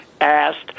asked